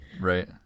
right